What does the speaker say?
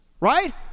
Right